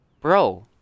Bro